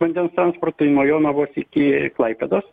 vandens transportui nuo jonavos iki klaipėdos